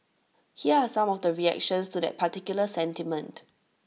here are some of the reactions to that particular sentiment